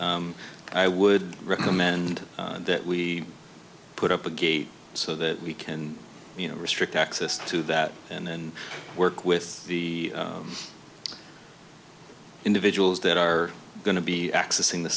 i would recommend that we put up a gate so that we can you know restrict access to that and work with the individuals that are going to be accessing the